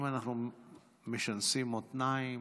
אם אנחנו משנסים מותניים,